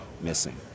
missing